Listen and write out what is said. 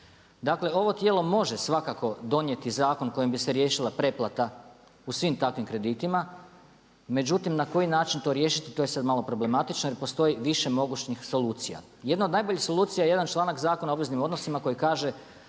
Dakle ovo tijelo može svakako donijeti zakon kojim bi se riješila preplata u svim takvim kreditima, međutim na koji način to riješiti to je sada malo problematično jer postoji više mogućnih solucija. Jedna od najboljih solucija je jedan članak Zakona obveznim odnosima koji kaže